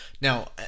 Now